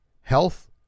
health